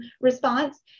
response